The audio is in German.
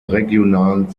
regionalen